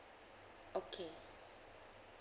okay